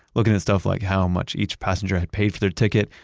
looking at stuff like how much each passenger had paid for their ticket,